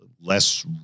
less